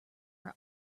our